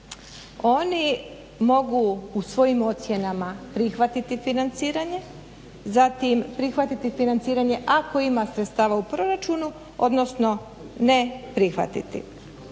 oni mogu u svojim ocjenama prihvatiti financiranje, zatim prihvatiti financiranje ako ima sredstava u proračunu odnosno ne prihvatiti.